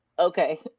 Okay